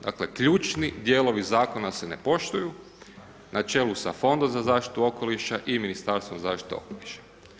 Dakle ključni dijelovi zakona se ne poštuju na čelu sa fondom za zaštitu okoliša i Ministarstvom zaštite okoliša.